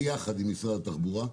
ביחד עם משרד התחבורה,